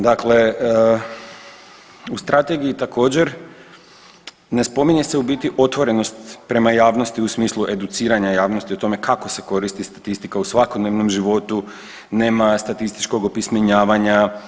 Dakle, u strategiji također ne spominje se u biti otvorenost prema javnosti u smislu educiranja javnosti o tome kako se koristi statistika u svakodnevnom životu, nema statističkog opismenjavanja.